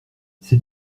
ces